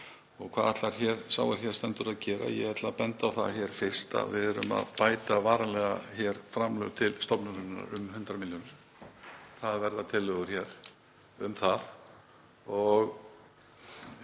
Og hvað ætlar sá er hér stendur að gera? Ég ætla að benda á það fyrst að við erum að bæta varanlega framlög til stofnunarinnar um 100 millj. kr. Það verða tillögur um það